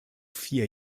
vier